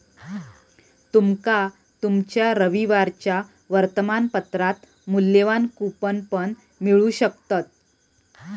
तुमका तुमच्या रविवारच्या वर्तमानपत्रात मुल्यवान कूपन पण मिळू शकतत